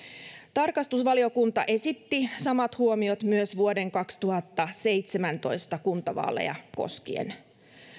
tarkastusvaliokunta esitti samat huomiot myös vuoden kaksituhattaseitsemäntoista kuntavaaleja koskien